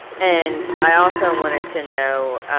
and i also wanted to know